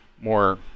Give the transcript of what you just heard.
more